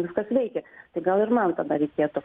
viskas veikia tai gal ir man tada reikėtų